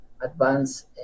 advanced